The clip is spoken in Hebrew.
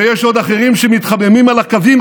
ויש עוד אחרים שמתחממים על הקווים.